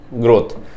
growth